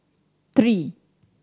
three